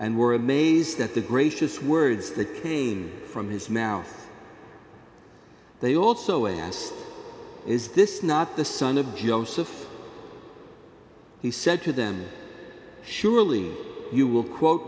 and were amazed at the gracious words that came from his mouth they also asked is this not the son of joseph he said to them surely you will quote